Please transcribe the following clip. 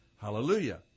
hallelujah